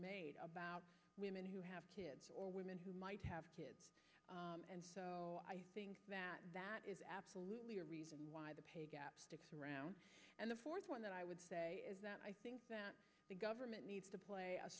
are made about women who have kids or women who might have kids and so i think that that is absolutely a reason why the pay gap sticks around and the fourth one that i would say is that i think that the government needs to play a